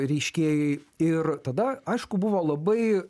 reiškėjai ir tada aišku buvo labai